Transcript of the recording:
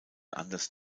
anders